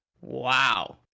Wow